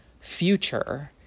future